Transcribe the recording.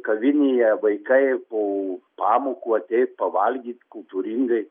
kavinėje vaikai po pamokų ateit pavalgyt kultūringai